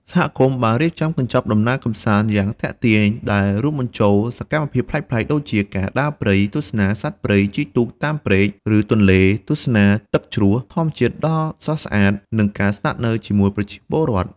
សហគមន៍បានរៀបចំកញ្ចប់ដំណើរកម្សាន្តយ៉ាងទាក់ទាញ ដែលរួមបញ្ចូលសកម្មភាពប្លែកៗដូចជា ការដើរព្រៃ ទស្សនាសត្វព្រៃ ជិះទូកតាមព្រែក ឬទន្លេ ទស្សនាទឹកជ្រោះធម្មជាតិដ៏ស្រស់ស្អាត និងការស្នាក់នៅជាមួយប្រជាពលរដ្ឋ។